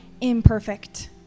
imperfect